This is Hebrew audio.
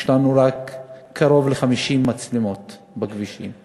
יש לנו רק קרוב ל-50 מצלמות בכבישים.